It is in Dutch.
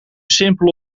simpel